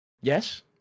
Yes